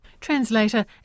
Translator